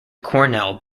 cornell